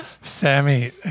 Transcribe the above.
Sammy